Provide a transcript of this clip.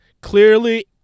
clearly